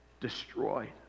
destroyed